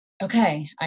okay